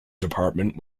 department